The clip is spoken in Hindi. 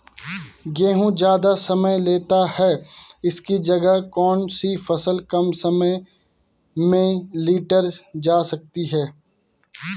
गेहूँ ज़्यादा समय लेता है इसकी जगह कौन सी फसल कम समय में लीटर जा सकती है?